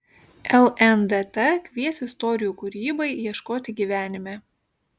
lndt kvies istorijų kūrybai ieškoti gyvenime